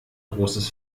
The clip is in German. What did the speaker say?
großes